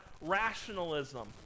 rationalism